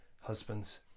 Husbands